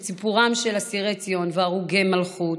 את סיפורם של אסירי ציון והרוגי המלכות.